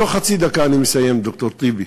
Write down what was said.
תוך חצי דקה אני מסיים, ד"ר טיבי.